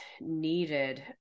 needed